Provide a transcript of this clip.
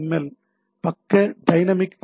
L பக்க dynamic H